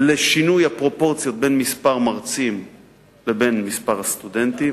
לשינוי הפרופורציות בין מספר המרצים לבין מספר הסטודנטים.